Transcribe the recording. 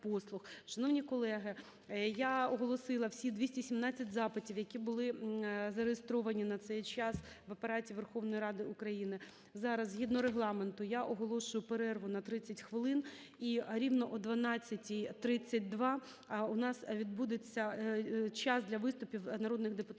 Шановні колеги, я оголосила всі 217 запитів, які були зареєстровані на цей час в Апараті Верховної Ради України. Зараз згідно Регламенту я оголошую перерву на 30 хвилин. І рівно о 12.32 у нас відбудеться час для виступів народних депутатів